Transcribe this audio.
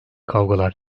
kavgalar